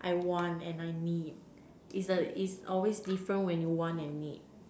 I want and I need is a is always different when you want and need